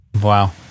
Wow